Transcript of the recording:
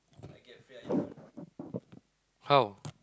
how